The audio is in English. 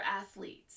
athletes